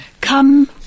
come